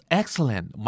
excellent